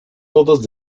todos